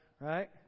Right